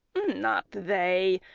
not they!